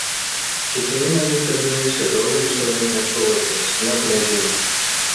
šitie eina jų pėdomis ir daugelis to net nesuvokia nes nieko nežino